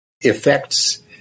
effects